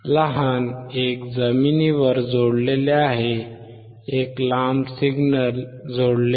लहान एक जमिनीवर जोडलेले आहे